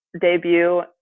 debut